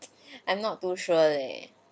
I'm not too sure leh